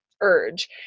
urge